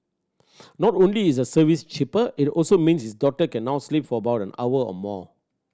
not only is the service cheaper it also means his daughter can now sleep for about an hour more